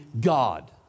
God